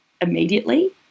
immediately